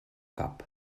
cap